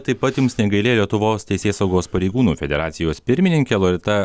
taip pat jums negailėjo lietuvos teisėsaugos pareigūnų federacijos pirmininkė loreta